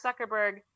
Zuckerberg